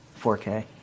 4K